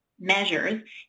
measures